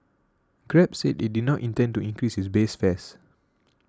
Grab said it did not intend to increase its base fares